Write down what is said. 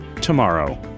tomorrow